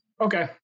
Okay